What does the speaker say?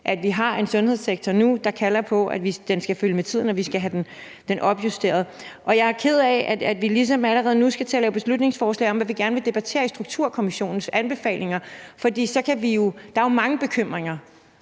at vi har en sundhedssektor nu, der kalder på, at den skal følge med tiden, og at vi skal have den opjusteret. Jeg er ked af, at vi ligesom allerede nu skal til at lave beslutningsforslag om, hvad vi gerne vil debattere af Sundhedsstrukturkommissionen anbefalinger, for der er jo mange bekymringer.